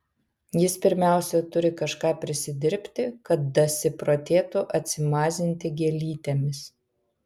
jis pirmiausia turi kažką prisidirbti kad dasiprotėtų atsimazinti gėlytėmis